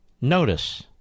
notice